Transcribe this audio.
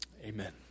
Amen